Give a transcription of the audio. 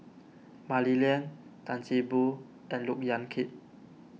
Mah Li Lian Tan See Boo and Look Yan Kit